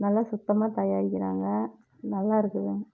நல்லா சுத்தமாக தயாரிக்கிறாங்க நல்லாயிருக்குது